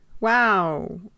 Wow